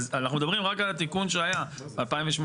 אנחנו מדברים רק על התיקון שהיה ב-2008.